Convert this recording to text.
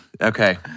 Okay